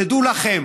תדעו לכם,